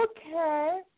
Okay